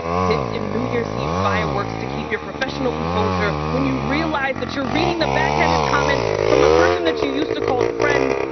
dipped in new year's eve fireworks to keep your professional composure when you realize that you're reading the backhanded comments from a person that you used to call friend,